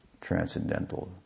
transcendental